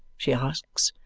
she asks,